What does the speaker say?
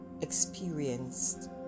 experienced